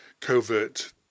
covert